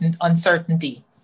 uncertainty